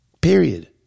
Period